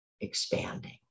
expanding